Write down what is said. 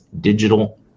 digital